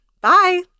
Bye